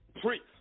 priest